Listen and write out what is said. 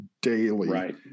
daily